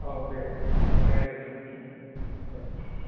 औ दे दे दे दे